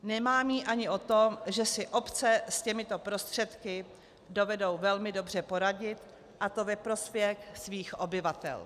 Nemám ji ani o tom, že si obce s těmito prostředky dovedou velmi dobře poradit, a to ve prospěch svých obyvatel.